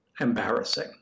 embarrassing